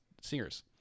singers